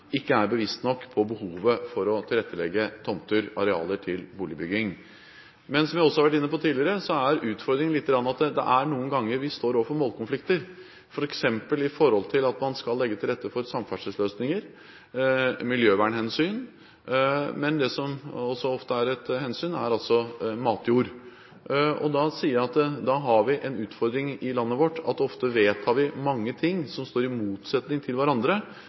ikke er bevisste nok på behovet for å tilrettelegge tomter, arealer, til boligbygging. Men som jeg også har vært inne på tidligere, er utfordringen at vi noen ganger står overfor målkonflikter, f.eks. i forhold til at man skal legge til rette for samferdselsløsninger og ta miljøvernhensyn. Men det som også ofte er et hensyn, er altså matjord. Da sier jeg at vi har den utfordring i landet vårt at vi ofte vedtar mange ting som står i motsetning til hverandre,